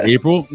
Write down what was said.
April